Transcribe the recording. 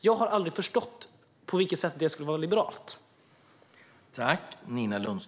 Jag har aldrig förstått på vilket sätt det skulle vara liberalt.